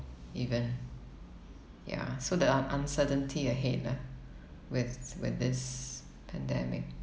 even ya so the un~ uncertainty ahead lah with with this pandemic